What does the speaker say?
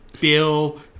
Bill